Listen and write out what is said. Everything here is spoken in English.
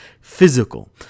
physical